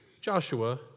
Joshua